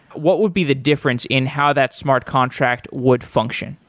what would be the difference in how that smart contract would function?